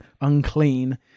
unclean